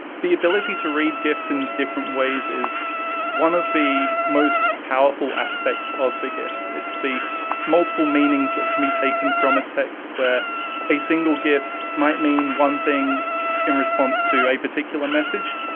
the ability to read gifs in different ways is one of the most powerful aspects of the gif. it's the multiple meanings that can be taken from a text where a single gif might mean one thing in response to a particular message.